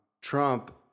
Trump